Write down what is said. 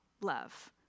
love